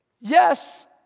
yes